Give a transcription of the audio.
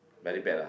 very bad lah